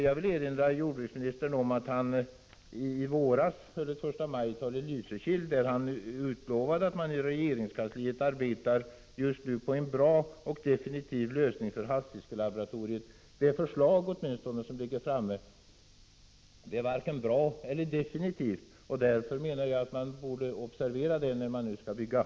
Jag vill erinra jordbruksministern om att han i våras höll ett förstamajtal i Lysekil där han utlovade att man i regeringskansliet skulle arbeta på en bra och definitiv lösning för havsfiskelaboratoriet. Det förslag som föreligger är — Prot. 1985/86:50 varken bra eller definitivt. Det borde man observera när man nu skall bygga. 12 december 1985